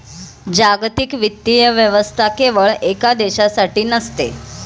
जागतिक वित्तीय व्यवस्था केवळ एका देशासाठी नसते